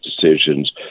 decisions